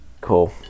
cool